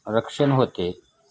रक्षण होते